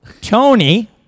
Tony